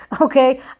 okay